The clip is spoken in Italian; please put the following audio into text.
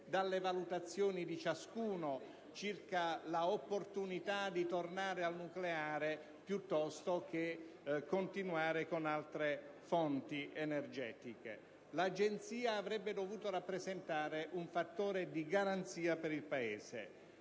dalle valutazioni di ciascuno circa l'opportunità di tornare al nucleare piuttosto che continuare con altre fonti energetiche. L'Agenzia avrebbe dovuto rappresentare un fattore di garanzia per il Paese.